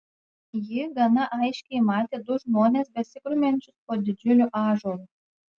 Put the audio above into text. ji gana aiškiai matė du žmones besigrumiančius po didžiuliu ąžuolu